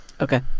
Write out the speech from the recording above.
Okay